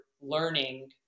learning